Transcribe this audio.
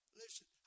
listen